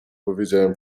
powiedziałem